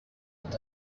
est